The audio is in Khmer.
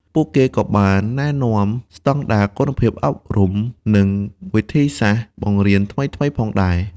ពួកគេក៏បានណែនាំស្តង់ដារគុណភាពអប់រំ និងវិធីសាស្ត្របង្រៀនថ្មីៗផងដែរ។